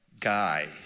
Guy